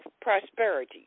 prosperity